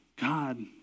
God